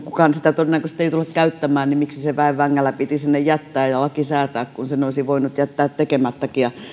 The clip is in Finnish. kukaan sitä todennäköisesti ei tule käyttämään miksi se väen vängällä piti sinne jättää ja laki säätää kun sen olisi voinut jättää tekemättäkin ja